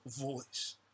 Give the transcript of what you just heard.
voice